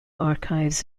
archives